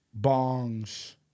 bongs